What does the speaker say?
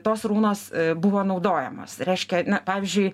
tos runos buvo naudojamos reiškia na pavyzdžiui